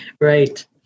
Right